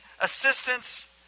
assistance